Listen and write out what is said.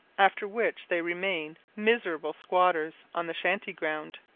after which they remain miserable squatters on the shanty ground.